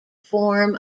form